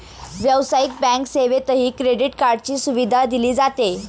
व्यावसायिक बँक सेवेतही क्रेडिट कार्डची सुविधा दिली जाते